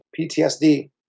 PTSD